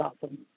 awesome